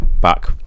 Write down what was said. Back